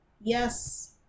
yes